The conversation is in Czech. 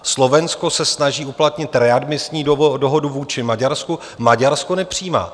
Slovensko se snaží uplatnit readmisní dohodu vůči Maďarsku, Maďarsko nepřijímá.